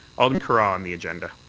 alderman carra on the agenda.